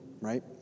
right